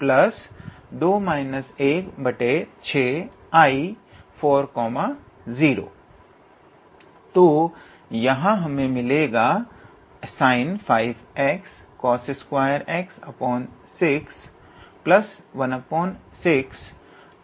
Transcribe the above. अतः I42sin5xcos2x62 16 𝐼40 तो यहां हमें मिलेगा sin5xcos2x616 𝐼40